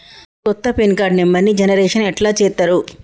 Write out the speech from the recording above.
కొత్త pin card నెంబర్ని generation ఎట్లా చేత్తరు?